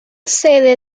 sede